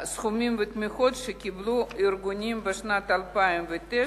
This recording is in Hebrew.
סכומים ותמיכות שקיבלו הארגונים בשנת 2009,